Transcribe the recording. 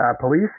Police